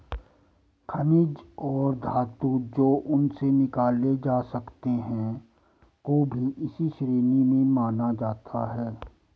खनिज और धातु जो उनसे निकाले जा सकते हैं को भी इसी श्रेणी में माना जाता है